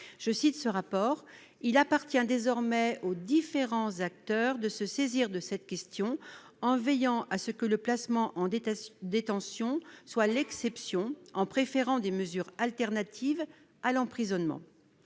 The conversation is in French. concluait ainsi :« Il appartient désormais aux différents acteurs de se saisir de cette question, en veillant à ce que le placement en détention soit l'exception et en préférant des mesures alternatives à l'emprisonnement. »